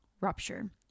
rupture